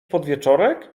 podwieczorek